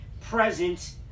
present